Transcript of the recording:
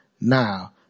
now